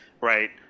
right